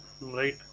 Right